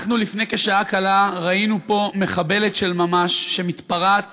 אנחנו לפני שעה קלה ראינו פה מחבלת של ממש שמתפרעת